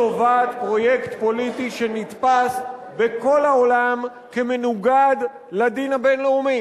ולטובת פרויקט פוליטי שנתפס בכל העולם כמנוגד לדין הבין-לאומי.